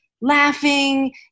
laughing